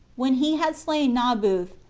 when he had slain naboth,